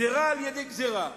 גזירה על גבי גזירה.